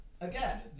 again